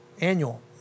annual